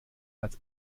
als